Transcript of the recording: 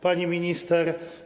Pani Minister!